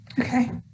Okay